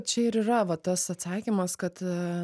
čia ir yra va tas atsakymas kad